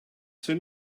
soon